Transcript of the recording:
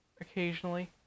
Occasionally